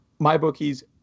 MyBookie's